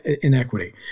inequity